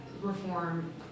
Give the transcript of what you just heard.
reform